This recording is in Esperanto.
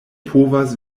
povas